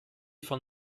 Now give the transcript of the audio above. von